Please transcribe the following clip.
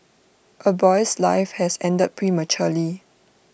A boy's life has ended prematurely